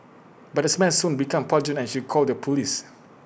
but the smell soon became pungent and she called the Police